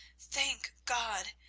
thank god!